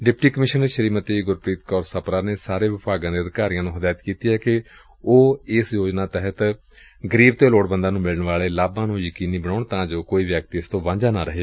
deputy commissioner Shrimati Gurpreet Kaur Sapra ਨੇ ਸਾਰੇ ਵਿਭਾਗਾਂ ਦੇ ਅਧਿਕਾਰੀਆਂ ਨੂੰ ਹਦਾਇਤ ਕੀਤੀ ਏ ਕਿ ਉਹ ਏਸ ਯੋਜਨਾ ਤਹਿਤ ਗਰੀਬ ਤੇ ਲੋੜਵੰਦਾਂ ਨੂੰ ਮਿਲਣ ਵਾਲੇ ਲਾਭਾ ਨੂੰ ਯਕੀਨੀ ਬਣਾਉਣ ਤਾਂ ਜੋ ਕੋਈ ਵੀ ਵਿਅਕਤੀ ਇਸ ਤੋਂ ਵਾਂਝਾ ਨਾ ਰਹੇ